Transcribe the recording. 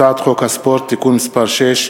הצעת חוק הספורט (תיקון מס' 6),